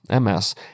MS